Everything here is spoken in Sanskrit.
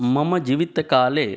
मम जीवितकाले